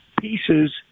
pieces